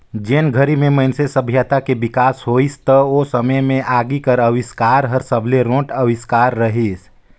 जेन घरी में मइनसे सभ्यता के बिकास होइस त ओ समे में आगी कर अबिस्कार हर सबले रोंट अविस्कार रहीस